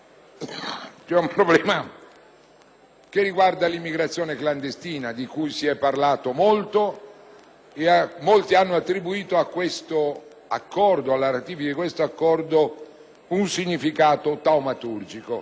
C'è un problema che riguarda l'immigrazione clandestina, di cui si è parlato molto e rispetto al quale molti hanno attribuito alla ratifica di questo accordo un significato taumaturgico.